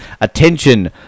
Attention